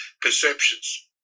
Perceptions